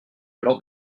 alors